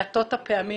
מעטות הפעמים